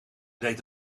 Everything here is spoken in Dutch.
deed